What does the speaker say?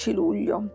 luglio